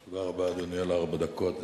אדוני, תודה רבה על ארבע הדקות.